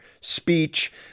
speech